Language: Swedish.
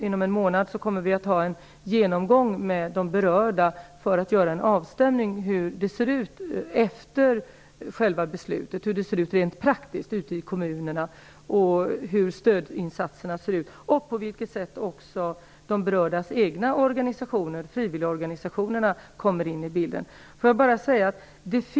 Inom en månad kommer vi att ha en genomgång med de berörda för att göra en avstämning av hur det ser ut rent praktiskt ute i kommunerna efter beslutet, hur stödinsatserna ser ut och på vilket sätt de berördas egna organisationer, frivilligorganisationerna, kommer in i bilden.